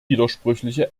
widersprüchliche